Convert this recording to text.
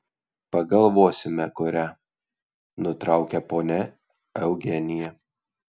pagalvosime kurią nutraukė ponia eugenija